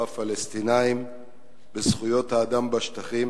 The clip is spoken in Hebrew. בפלסטינים ובזכויות האדם בשטחים.